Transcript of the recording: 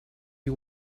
you